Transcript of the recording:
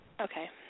Okay